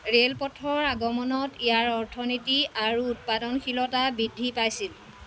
ৰেলপথৰ আগমনত ইয়াৰ অৰ্থনীতি আৰু উৎপাদনশীলতা বৃদ্ধি পাইছিল